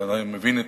ואני מבין את